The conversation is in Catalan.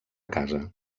casa